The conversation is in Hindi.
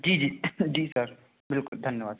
जी जी जी सर बिल्कुल धन्यवाद सर